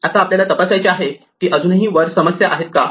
आता आपल्याला तपासायचे आहे की अजूनही वर समस्या आहे का